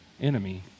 enemy